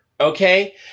okay